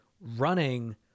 running